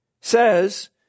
says